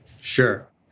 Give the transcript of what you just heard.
Sure